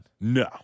No